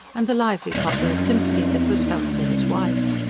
and the lively popular sympathy that was felt for his wife.